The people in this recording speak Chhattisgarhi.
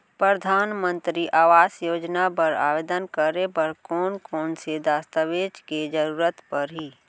परधानमंतरी आवास योजना बर आवेदन करे बर कोन कोन से दस्तावेज के जरूरत परही?